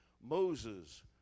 Moses